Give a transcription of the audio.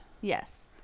yes